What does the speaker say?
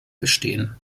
bestehen